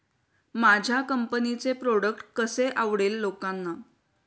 माझ्या कंपनीचे प्रॉडक्ट कसे आवडेल लोकांना?